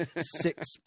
six